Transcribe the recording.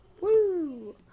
Woo